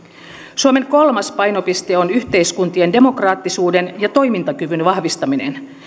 suomen kolmas painopiste on yhteiskuntien demokraattisuuden ja toimintakyvyn vahvistaminen